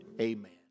amen